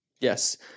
Yes